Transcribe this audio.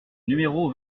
numéro